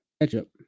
Ketchup